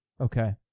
okay